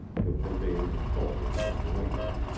the pervading intelligence of new england,